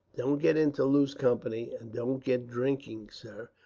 don't get into loose company, and don't get drinking, sir,